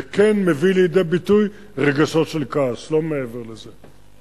זה כן מביא לידי ביטוי רגשות של כעס, לא מעבר לזה.